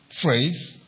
phrase